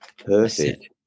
Perfect